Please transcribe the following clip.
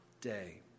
day